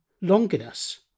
Longinus